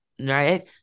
right